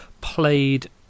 Played